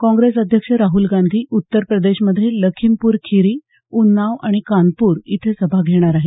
काँग्रेस अध्यक्ष राहुल गांधी उत्तर प्रदेशमध्ये लखीमप्र खीरी उन्नाव आणि कानपूर इथे सभा घेणार आहेत